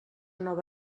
nova